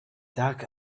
dug